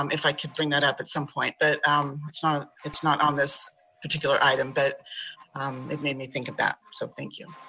um if i could bring that up at some point. but um it's not it's not on this particular item, but it made me think of that, so thank you.